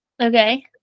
Okay